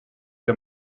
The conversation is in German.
der